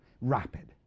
rapid